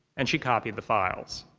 and she copied the files.